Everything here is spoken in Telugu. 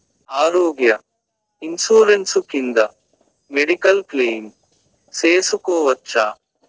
ఆరోగ్య ఇన్సూరెన్సు కింద మెడికల్ క్లెయిమ్ సేసుకోవచ్చా?